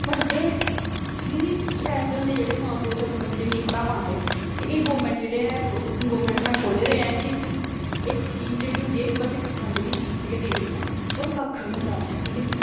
पढ़दे कुछ ऐसे होंदे जेह्ड़े मां प्यो अपने बच्चे गी नेईं पढ़ा पांदे ते एह् गौरमट जेह्ड़े ऐ गौरमेंट ने खोह्ले दे ऐ कि इत्थै इक फीस जेह्ड़ी होंदी ऐ बस इक्क सालै दी फीस गै देनी ऐ होर कक्ख निं होंदा इत्थै ठीक ऐ न